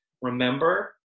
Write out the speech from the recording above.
remember